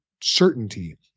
certainty